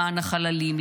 למען החללים,